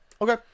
Okay